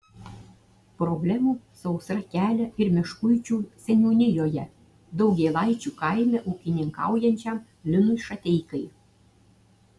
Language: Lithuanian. problemų sausra kelia ir meškuičių seniūnijoje daugėlaičių kaime ūkininkaujančiam linui šateikai